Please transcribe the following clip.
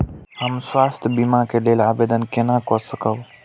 हम स्वास्थ्य बीमा के लेल आवेदन केना कै सकब?